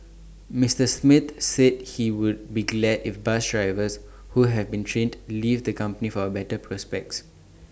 Mister Smith said he would be glad if bus drivers who have been trained leave the company for better prospects